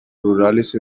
rurales